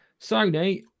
Sony